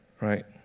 Right